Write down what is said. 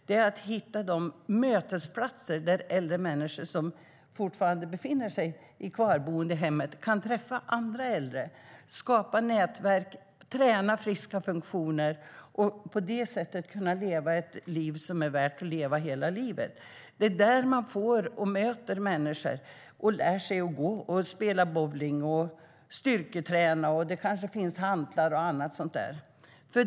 Det gäller att hitta de mötesplatser där äldre människor som fortfarande befinner sig i kvarboende i hemmet kan träffa andra äldre, skapa nätverk, träna friska funktioner och på det sättet leva ett liv som är värt att leva hela livet. Det är där de möter människor, lär sig spela bowling och styrketräna. Det kanske finns hantlar och annat sådant.